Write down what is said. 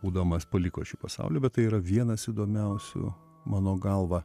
būdamas paliko šį pasaulį bet tai yra vienas įdomiausių mano galva